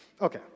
Okay